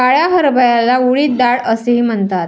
काळ्या हरभऱ्याला उडीद डाळ असेही म्हणतात